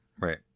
right